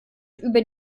über